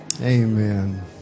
amen